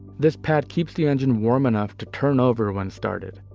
this pad keeps the engine warm enough to turn over when started.